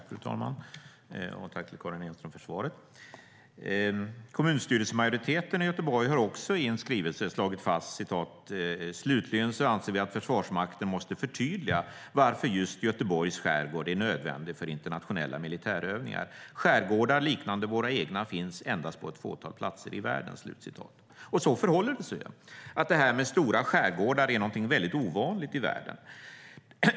Fru talman! Tack, Karin Enström, för svaret! Kommunstyrelsemajoriteten i Göteborg har i en skrivelse slagit fast: "Slutligen så anser vi att försvarsmakten måste förtydliga varför just Göteborgs skärgård är nödvändig för internationella militärövningar. Skärgårdar likt våra egna finns endast på ett fåtal platser i världen." Så förhåller det sig ju: Stora skärgårdar är någonting väldigt ovanligt i världen.